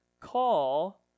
call